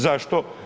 Zašto?